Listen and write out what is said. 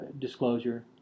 disclosure